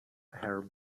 her